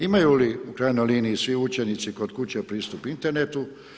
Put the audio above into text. Imaju li u krajnjoj liniji svi učenici kod kuće pristup internetu?